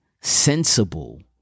sensible